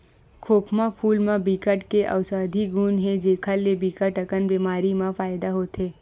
खोखमा फूल म बिकट के अउसधी गुन हे जेखर ले बिकट अकन बेमारी म फायदा होथे